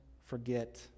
forget